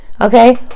Okay